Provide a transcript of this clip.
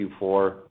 Q4